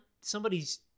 somebody's